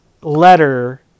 letter